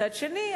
מצד שני,